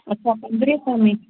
अच्छा पंद्रहें सै में